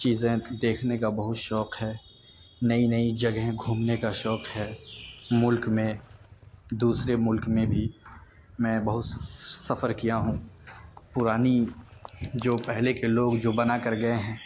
چیزیں دیکھنے کا بہت شوق ہے نئی نئی جگہیں گھومنے کا شوق ہے ملک میں دوسرے ملک میں بھی میں بہت سفر کیا ہوں پرانی جو پہلے کے لوگ جو بنا کر گئے ہیں